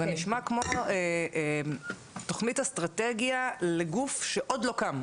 זה נשמע כמו תוכנית אסטרטגיה לגוף שעוד לא קם.